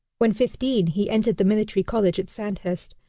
when fifteen, he entered the military college at sandhurst,